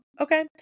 Okay